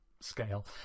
scale